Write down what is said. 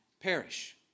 perish